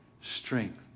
strength